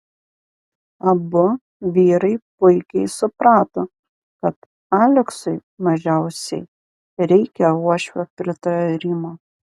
abu vyrai puikiai suprato kad aleksui mažiausiai reikia uošvio pritarimo